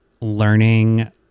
learning